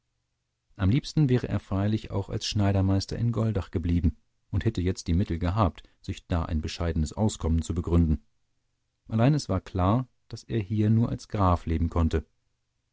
am liebsten wäre er freilich auch als schneidermeister in goldach geblieben und hätte jetzt die mittel gehabt sich da ein bescheidenes auskommen zu begründen allein es war klar daß er hier nur als graf leben konnte